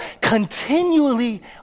continually